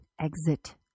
exit